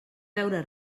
veure